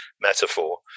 metaphor